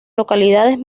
localidades